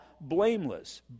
blameless